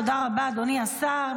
תודה רבה, אדוני השר.